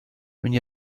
viņa